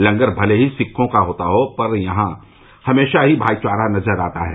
लंगर भले ही सिक्खों का होता हो पर यहाँ हमेशा ही भाईचारा नजर आता है